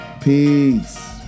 Peace